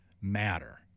matter